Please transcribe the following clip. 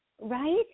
right